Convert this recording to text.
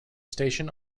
station